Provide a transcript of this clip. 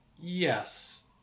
Yes